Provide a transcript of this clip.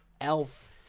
elf